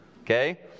Okay